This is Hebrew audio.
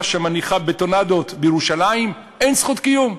שמניחה בטונדות בירושלים אין זכות קיום.